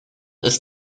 ist